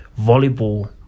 volleyball